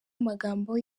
amagambo